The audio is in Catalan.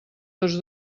tots